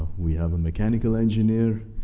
we have a mechanical engineer,